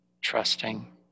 Trusting